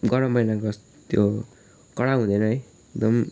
गरम महिनाको जस्तो त्यो कडा हुँदैन है एकदम